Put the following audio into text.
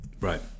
Right